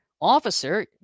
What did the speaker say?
officer